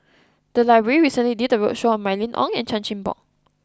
the library recently did a roadshow on Mylene Ong and Chan Chin Bock